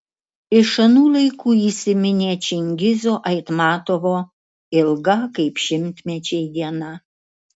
iš anų laikų įsiminė čingizo aitmatovo ilga kaip šimtmečiai diena